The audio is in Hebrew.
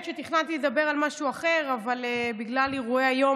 שאתה אומר הוא התנהג כאילו זה ביתו הפרטי.